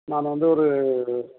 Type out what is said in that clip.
நான் வந்து ஒரு